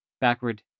backward